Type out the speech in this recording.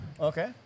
Okay